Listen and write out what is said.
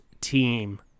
team